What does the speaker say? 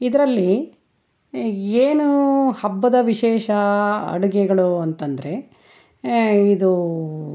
ಇದರಲ್ಲಿ ಏನು ಹಬ್ಬದ ವಿಶೇಷ ಅಡುಗೆಗಳು ಅಂತಂದರೆ ಇದು